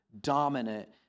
dominant